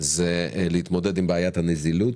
זה להתמודד עם בעיית הנזילות.